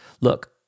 look